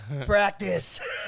Practice